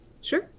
sure